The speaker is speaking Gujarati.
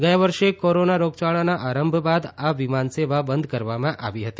ગયા વર્ષે કોરોના રોગચાળાના આરંભ બાદ આ વિમાનસેવા બંધ કરવામાં આવી હતી